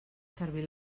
servir